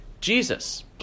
Jesus